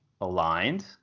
aligned